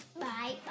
bye